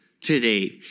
today